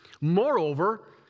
Moreover